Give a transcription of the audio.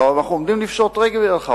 אנחנו עומדים לפשוט רגל בגללך,